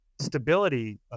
stability